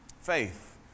Faith